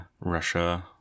Russia